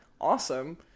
awesome